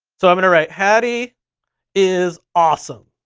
so i'm gonna write hattie is awesome.